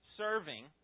serving